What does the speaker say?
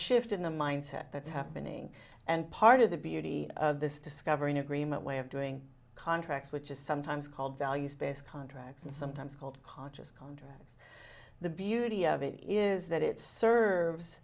shift in the mindset that's happening and part of the beauty of this discovery in agreement way of doing contracts which is sometimes called values based contracts and sometimes called conscious contracts the beauty of it is that it serves